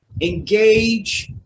engage